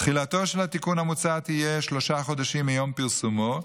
תחילתו של התיקון המוצע תהיה שלושה חודשים מיום פרסומו,